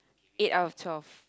eight out of twelve